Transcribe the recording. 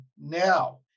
now